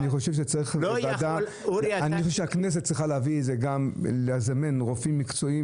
אני חושב שהכנסת צריכה לזמן רופאים מקצועיים